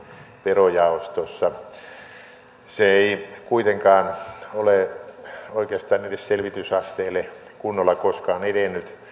verojaostossa se ei kuitenkaan ole oikeastaan edes selvitysasteelle kunnolla koskaan edennyt